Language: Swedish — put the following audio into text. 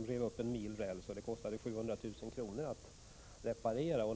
och rev upp en mil räls, och detta på grund av dålig standard på banan. Det kostade 700 000 kr. att reparera det.